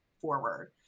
forward